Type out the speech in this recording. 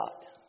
God